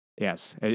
Yes